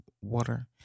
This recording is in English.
water